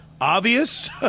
Obvious